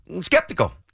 skeptical